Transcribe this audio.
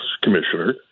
Commissioner